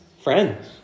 Friends